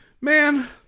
man